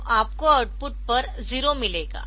तो आपको आउटपुट पर 0 मिलेगा